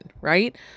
right